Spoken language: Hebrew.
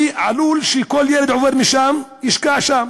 עלול לקרות שכל ילד שעובר שם ישקע שם